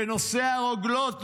בנושא הרוגלות.